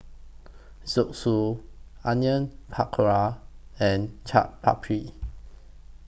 Zosui Onion Pakora and Chaat Papri